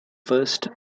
first